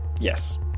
Yes